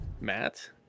Matt